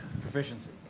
Proficiency